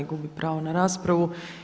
Gubi pravo na raspravu.